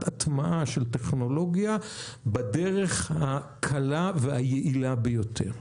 הטמעה של טכנולוגיה בדרך הקלה והיעילה ביותר.